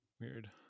weird